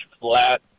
flat